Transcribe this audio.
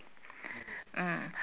mm